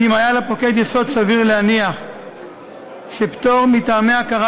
כי אם היה לפוקד יסוד סביר להניח שפטור מטעמי הכרה